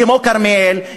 כמו כרמיאל,